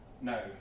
no